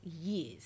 years